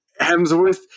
hemsworth